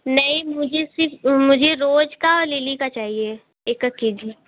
नहीं मुझे सिर्फ़ मुझे रोज का और लिली का चाहिए एक एक के जी